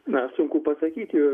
na sunku pasakyti